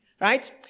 Right